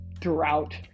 throughout